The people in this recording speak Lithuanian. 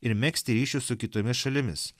ir megzti ryšius su kitomis šalimis